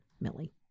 Millie